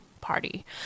party